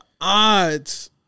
odds